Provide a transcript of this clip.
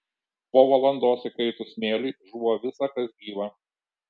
po valandos įkaitus smėliui žūva visa kas gyva